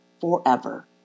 forever